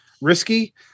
risky